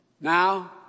Now